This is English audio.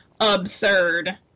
absurd